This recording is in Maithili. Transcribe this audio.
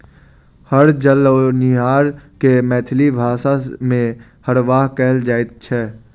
हर चलओनिहार के मैथिली भाषा मे हरवाह कहल जाइत छै